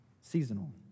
seasonal